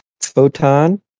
Photon